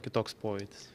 kitoks pojūtis